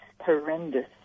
horrendous